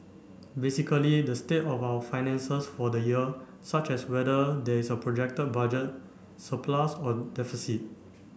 basically the state of our finances for the year such as whether there is a projected budget surplus or deficit